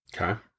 Okay